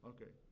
Okay